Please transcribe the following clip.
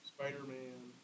Spider-Man